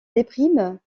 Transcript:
déprime